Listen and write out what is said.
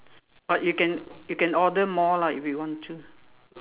but you can you can order more lah if you want to